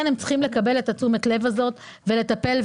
הם צריכים לקבל את תשומת הלב הזאת ולטפל.